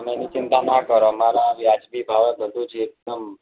તમે એની ચિંતા ના કરો મારા વ્યાજબી ભાવે જ બધું છે એકદમ